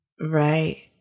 Right